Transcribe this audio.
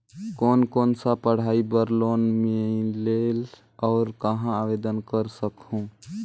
कोन कोन सा पढ़ाई बर लोन मिलेल और कहाँ आवेदन कर सकहुं?